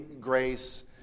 grace